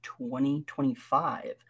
2025